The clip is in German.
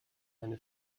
eine